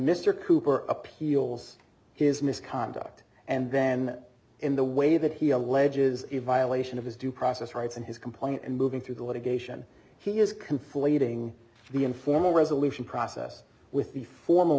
mr cooper appeals his misconduct and then in the way that he alleges a violation of his due process rights and his complaint and moving through the litigation he is conflating the informal resolution process with the formal